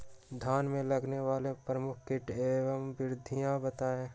धान में लगने वाले प्रमुख कीट एवं विधियां बताएं?